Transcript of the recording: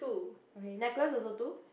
okay necklace also two